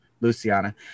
Luciana